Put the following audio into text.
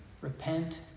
Repent